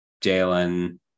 jalen